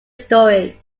story